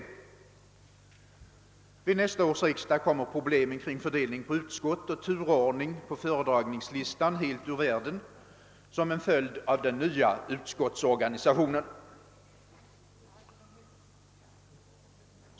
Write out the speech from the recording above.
Vid nästa års riksdag kommer problemen kring fördelning på utskott och turordning på föredragningslistan helt ur världen som en följd av den nya utskottsorganisationen.